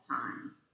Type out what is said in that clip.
time